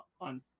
on